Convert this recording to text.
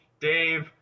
Dave